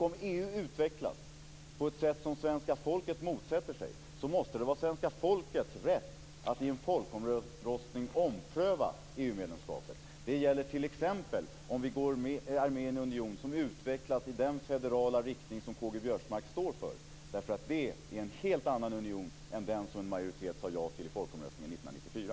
Om EU utvecklas på ett sätt som svenska folket motsätter sig, måste det vara svenska folkets rätt att i en folkomröstning ompröva EU-medlemskapet. Det gäller t.ex. om vi är med i en union som utvecklas i den federala riktning som K-G Biörsmark står för. Det är en helt annan union än den som en majoritet sade ja till i folkomröstningen 1994.